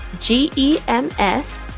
G-E-M-S